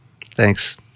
Thanks